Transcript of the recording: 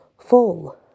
full